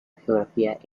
geografía